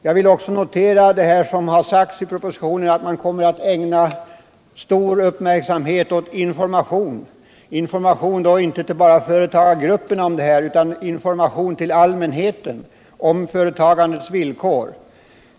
Jag vill också framhålla det som sägs i propositionen, nämligen att man kommer att ägna stor uppmärksamhet åt information, inte bara 79 till företagargrupperna utan information till allmänheten om företagandets villkor.